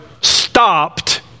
stopped